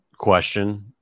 question